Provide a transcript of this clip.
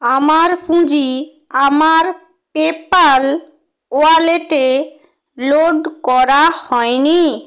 আমার পুঁজি আমার পেপাল ওয়ালেটে লোড করা হয় নি